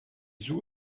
zhou